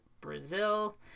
Brazil